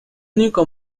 único